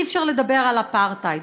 אי-אפשר לדבר על אפרטהייד.